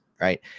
Right